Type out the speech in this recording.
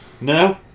No